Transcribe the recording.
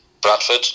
Bradford